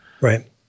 Right